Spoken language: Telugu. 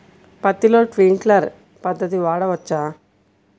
పత్తిలో ట్వింక్లర్ పద్ధతి వాడవచ్చా?